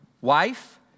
wife